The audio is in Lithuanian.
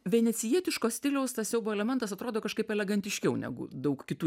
venecijietiško stiliaus siaubo elementas atrodo kažkaip elegantiškiau negu daug kitų